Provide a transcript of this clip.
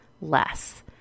less